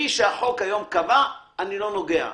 במה שהחוק היום קובע אני לא נוגע,